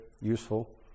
useful